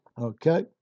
Okay